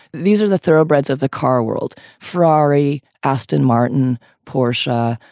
these are the thoroughbreds of the car world, ferrari, aston martin, porsche,